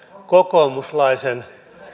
kokoomuslaisen